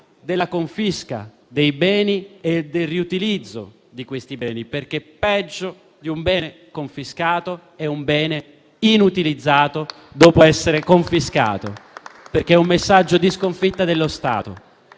della confisca dei beni e del loro riutilizzo, perché peggio di un bene non confiscato è un bene inutilizzato dopo essere stato confiscato, perché è un messaggio di sconfitta dello Stato.